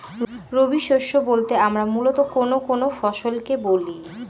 রবি শস্য বলতে আমরা মূলত কোন কোন ফসল কে বলি?